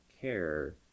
care